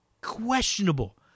questionable